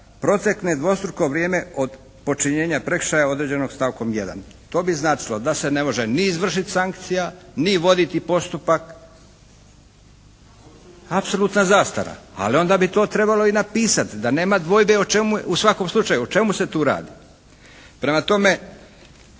protekne dvostruko vrijeme od počinjenja prekršaja određenog stavkom 1.? To bi značilo da se ne može ni izvršiti sankcija, ni voditi postupak, apsolutna zastara. Ali onda bi to trebalo i napisati da nema dvojbe o čemu je, u svakom slučaju o čemu se tu radi? Prema tome,